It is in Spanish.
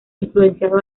influenciado